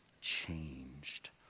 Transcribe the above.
changed